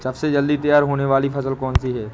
सबसे जल्दी तैयार होने वाली फसल कौन सी है?